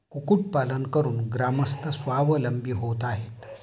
कुक्कुटपालन करून ग्रामस्थ स्वावलंबी होत आहेत